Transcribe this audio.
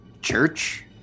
church